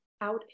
out